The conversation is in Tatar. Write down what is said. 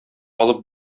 алып